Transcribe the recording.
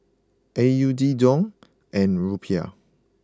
A U D Dong and Rupiah